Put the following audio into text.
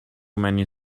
many